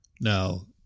Now